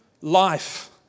life